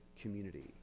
community